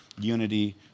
Unity